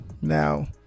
Now